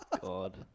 God